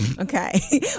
Okay